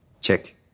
Check